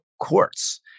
courts